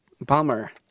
Bummer